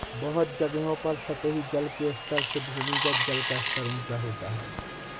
बहुत जगहों पर सतही जल के स्तर से भूमिगत जल का स्तर ऊँचा होता है